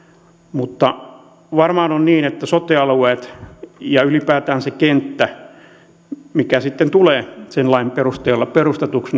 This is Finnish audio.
mutta varmaan on niin että sote alueita ja ylipäätään sitä kenttää mikä sitten tulee sen lain perusteella perustetuksi